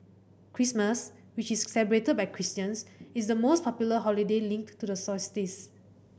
Christmas which is celebrated by Christians is the most popular holiday linked to the solstice